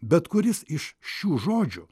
bet kuris iš šių žodžių